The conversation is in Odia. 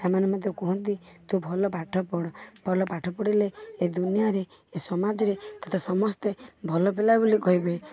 ସେମାନେ ମତେ କୁହନ୍ତି ତୁ ଭଲ ପାଠ ପଢ଼ ଭଲ ପାଠପଢ଼ିଲେ ଏ ଦୁନିଆରେ ଏ ସମାଜରେ ତତେ ସମସ୍ତେ ଭଲପିଲା ବୋଲି କହିବେ